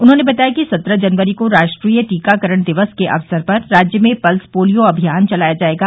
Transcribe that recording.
उन्होंने बताया कि सत्रह जनवरी को राष्ट्रीय टीकाकरण दिवस के अवसर पर राज्य में पल्स पोलियो अभियान चलाया जायेगा